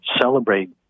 celebrate